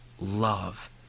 love